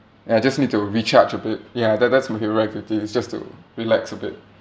and I just need to recharge a bit ya that that's my it's just to relax a bit